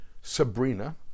Sabrina